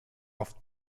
oft